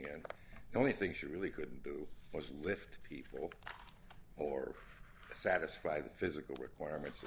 and the only thing she really couldn't do was lift people up or satisfy the physical requirements